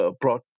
brought